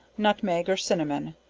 nutmeg or cinnamon,